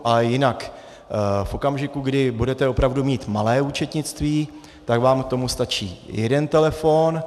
Ale jinak, v okamžiku, kdy budete opravdu mít malé účetnictví, tak vám k tomu stačí jeden telefon.